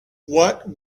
what